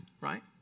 right